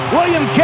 William